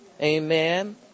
Amen